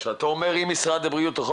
כשאתה אומר עם משרד הבריאות אתה יכול